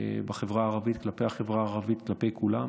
בחברה הערבית, כלפי החברה הערבית, כלפי כולם.